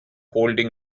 holding